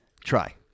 Try